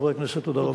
חברי הכנסת, תודה רבה.